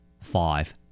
Five